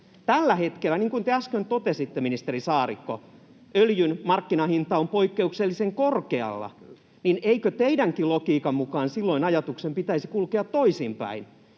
Tällä hetkellä, niin kuin te äsken totesitte, ministeri Saarikko, öljyn markkinahinta on poikkeuksellisen korkealla, joten eikö teidänkin logiikkanne mukaan silloin ajatuksen pitäisi kulkea toisinpäin?